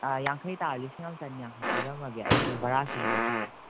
ꯌꯥꯡꯈꯩ ꯇꯥꯔꯣ ꯂꯤꯁꯤꯡ ꯑꯃ ꯆꯅꯤ ꯌꯥꯡꯈꯩ ꯄꯤꯔꯝꯃꯒꯦ ꯑꯩꯁꯦ ꯚꯔꯥꯁꯨ ꯌꯥꯎꯗ꯭ꯔꯕ